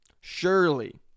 surely